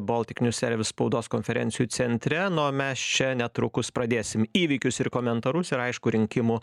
baltic new service spaudos konferencijų centre nu o mes čia netrukus pradėsim įvykius ir komentarus ir aišku rinkimų